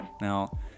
Now